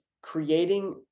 creating